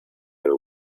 and